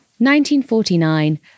1949